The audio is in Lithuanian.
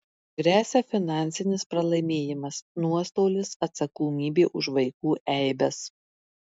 gresia finansinis pralaimėjimas nuostolis atsakomybė už vaikų eibes